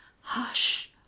Hush